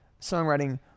songwriting